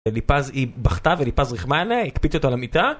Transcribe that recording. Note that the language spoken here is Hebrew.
ליפז היא בכתה וליפז ריחמה עליה, הקפיץ אותה למיטה